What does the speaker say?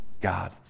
God